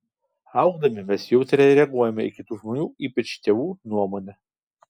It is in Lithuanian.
augdami mes jautriai reaguojame į kitų žmonių ypač tėvų nuomonę